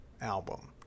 album